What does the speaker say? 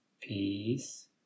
peace